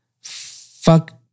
fuck